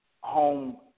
home